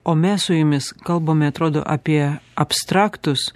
o mes su jumis kalbame atrodo apie abstraktus